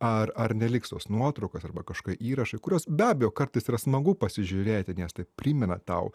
ar ar neliks tos nuotraukos arba kažkokie įrašai kuriuos be abejo kartais yra smagu pasižiūrėti nes tai primena tau